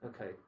Okay